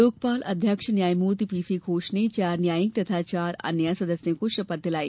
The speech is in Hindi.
लोकपाल अध्यक्ष न्यायमूर्ति पीसी घोष ने चार न्यायिक तथा चार अन्य सदस्यों को शपथ दिलाई